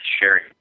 sharing